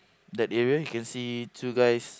that area you can see two guys